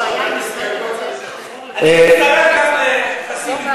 גם לחצי מדבריו.